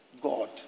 God